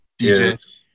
dj